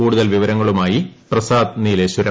കൂടുതൽ വിവരങ്ങളുമായി പ്രസാദ് നീലേശ്ചൂരം